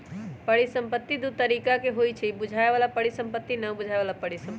परिसंपत्ति दु तरिका के होइ छइ बुझाय बला परिसंपत्ति आ न बुझाए बला परिसंपत्ति